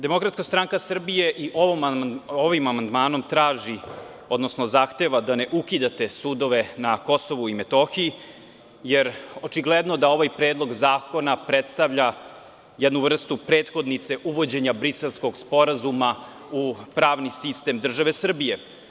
Demokratska stranka Srbije i ovim amandmanom traži, odnosno zahteva da ne ukidate sudove na KiM, jer očigledno da ovaj Predlog zakona predstavlja jednu vrstu prethodnice uvođenja Briselskog sporazuma u pravni sistem države Srbije.